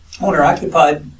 owner-occupied